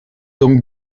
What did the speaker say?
donc